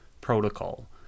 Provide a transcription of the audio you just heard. protocol